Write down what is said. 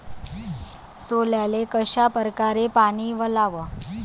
सोल्याले कशा परकारे पानी वलाव?